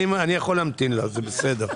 מי מייצג את בנק דיסקונט?